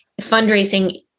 fundraising